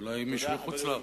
אולי מישהו מחוץ-לארץ...